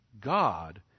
God